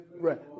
Right